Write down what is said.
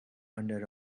under